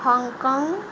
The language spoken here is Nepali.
हङकङ